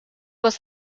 was